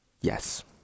yes